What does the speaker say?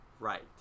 right